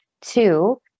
Two